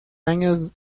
años